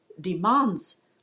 demands